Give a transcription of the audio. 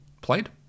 played